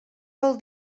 vol